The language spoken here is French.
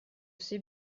sais